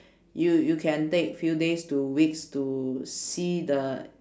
you you can take few days to weeks to see the